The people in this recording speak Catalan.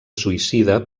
suïcida